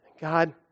God